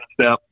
step